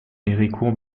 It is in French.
héricourt